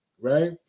right